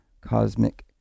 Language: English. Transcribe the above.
cosmic